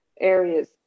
areas